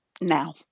now